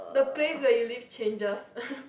the place that you live changes